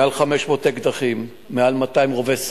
מעל 500 אקדחים, מעל 200 רובי סער,